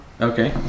Okay